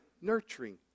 nurturing